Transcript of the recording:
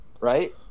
right